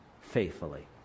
faithfully